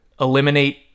eliminate